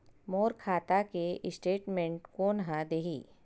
मोर खाता के स्टेटमेंट कोन ह देही?